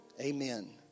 Amen